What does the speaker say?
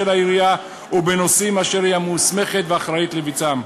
העירייה ובנושאים אשר היא המוסמכת והאחראית לבצעם.